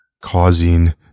causing